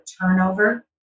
turnover